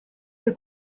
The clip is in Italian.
che